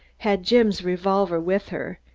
had jim's revolver with her,